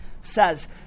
says